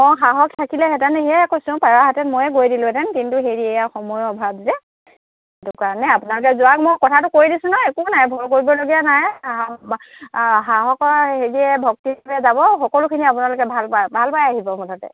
অঁ সাহস থাকিলেহেঁতেন সেয়ে কৈছোঁ পাৰাহেঁতেন ময়েই গৈ দিলোঁহেতেন কিন্তু হেৰি এইয়া সময়ৰ অভাৱ যে সেইটো কাৰণে আপোনালোকে যাওক মই কথাটো কৈ দিছোঁ নহয় একো নাই ভয় কৰিবলগীয়া নাই সাহস হেৰিয়ে ভক্তিভাৱে যাব সকলোখিনি আপোনালোকে ভালপাই ভালপাই আহিব মুঠতে